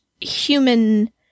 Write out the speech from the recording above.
human